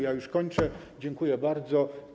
Ja już kończę, dziękuję bardzo.